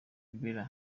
bella